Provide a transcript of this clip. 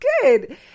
good